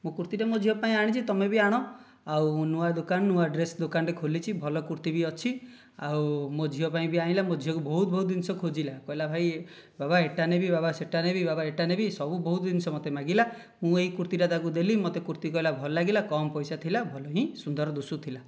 କୁର୍ତ୍ତୀଟି ମୋ ଝିଅ ପାଇଁ ଆଣିଛି ତୁମେ ବି ଆଣ ଆଉ ନୂଆ ଦୁକାନ ନୂଆ ଡ୍ରେସ୍ ଦୋକାନଟେ ଖୋଲିଛି ଭଲ କୁର୍ତ୍ତୀ ବି ଅଛି ଆଉ ମୋ ଝିଅ ପାଇଁ ବି ଆଣିଲା ମୋ ଝିଅ ବହୁତ ବହୁତ ଜିନିଷ ଖୋଜିଲା କହିଲା ଭାଇ ବାବା ଏଟା ନେବି ବାବା ସେଟା ନେବି ବାବା ଏଟା ନେବି ବହୁତ ଜିନିଷ ମୋତେ ମାଗିଲା ମୁଁ ଏହି କୁର୍ତ୍ତୀଟା ତାକୁ ଦେଲି ମୋତେ କୁର୍ତ୍ତୀ କହିଲା ବହୁତ ଭଲ ଲାଗିଲା ବହୁତ କମ ପଇସା ଥିଲା ଭଲ ହିଁ ସୁନ୍ଦର ଦିଶୁଥିଲା